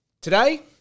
Today